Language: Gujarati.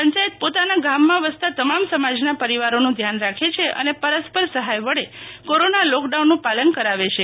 પંચાયત પોતાના ગામ માં વસતા તમામ સમાજ ના પરિવારોનું ધ્યાન રાખે છે અને પરસ્પર સફાય વડે કોરોના લોક ડાઉન નું પાલન કરાવે છે